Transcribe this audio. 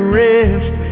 rest